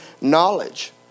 knowledge